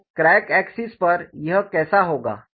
तो crack axis पर यह कैसा होगा